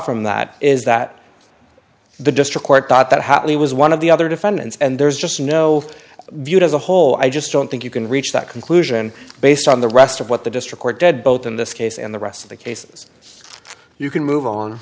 from that is that the district court thought that hotly was one of the other defendants and there's just no viewed as a whole i just don't think you can reach that conclusion based on the rest of what the district court did both in this case and the rest of the cases so you can move on